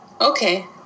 Okay